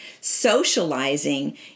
Socializing